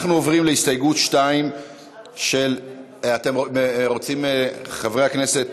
אנחנו עוברים להסתייגות 2. חברי הכנסת,